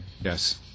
Yes